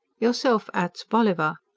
yourself ats. bolliver.